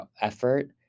effort